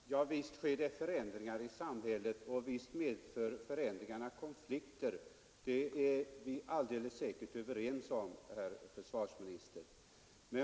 Herr talman! Visst sker det förändringar i samhället, och visst medför förändringarna konflikter; det är vi alldeles säkert överens om, herr försvarsminister.